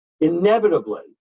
Inevitably